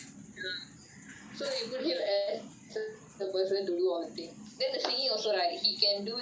ya so we put him as the person to do all the thing then the singing right he can do the